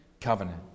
covenant